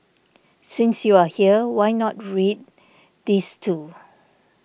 since you are here why not read these too